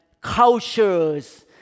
cultures